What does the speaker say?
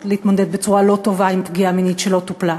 להתמודד בצורה לא טובה עם פגיעה מינית שלא טופלה.